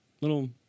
little